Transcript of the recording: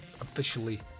officially